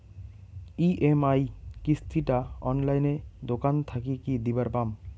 EMI কিস্তি টা অনলাইনে দোকান থাকি কি দিবার পাম?